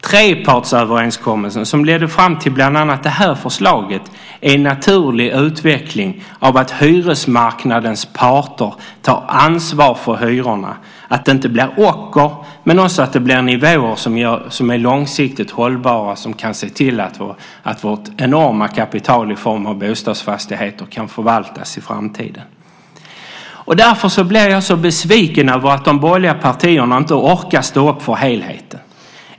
Trepartsöverenskommelsen som ledde fram till bland annat detta förslag är en naturlig utveckling av att hyresmarknadens parter tar ansvar för hyrorna, så att det inte blir ocker men också att det blir nivåer som är långsiktigt hållbara och så att man kan se till att vårt enorma kapital i form av bostadsfastigheter kan förvaltas i framtiden. Därför blir jag så besviken över att de borgerliga partierna inte orkar stå upp för helheten.